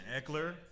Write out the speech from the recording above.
Eckler –